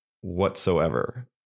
whatsoever